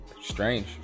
strange